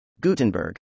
Gutenberg